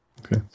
Okay